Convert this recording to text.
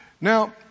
Now